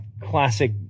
Classic